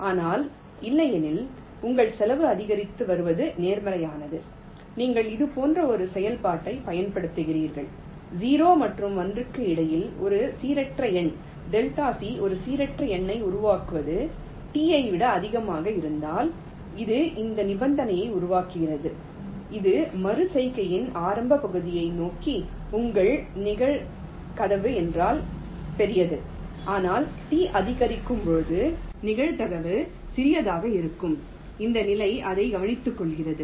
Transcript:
ஆனால் இல்லையெனில் உங்கள் செலவு அதிகரித்து வருவது நேர்மறையானது நீங்கள் இது போன்ற ஒரு செயல்பாட்டைப் பயன்படுத்துகிறீர்கள் 0 மற்றும் 1 க்கு இடையில் ஒரு சீரற்ற எண் ΔC ஒரு சீரற்ற எண்ணை உருவாக்குவது T ஐ விட அதிகமாக இருந்தால் இது அந்த நிபந்தனையை உருவாக்குகிறது இது மறு செய்கையின் ஆரம்ப பகுதியை நோக்கிய உங்கள் நிகழ்தகவு என்றால் பெரியது ஆனால் டி அதிகரிக்கும் போது நிகழ்தகவு சிறியதாக இருக்கும் இந்த நிலை அதை கவனித்துக்கொள்கிறது